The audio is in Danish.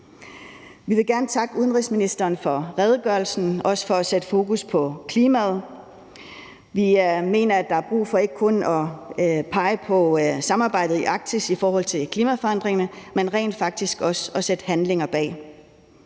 Vi vil gerne takke udenrigsministeren for redegørelsen og også for at sætte fokus på klimaet. Vi mener ikke kun, at der er brug for at pege på samarbejdet i Arktis i forhold til klimaforandringerne, men rent faktisk også at sætte handling bag.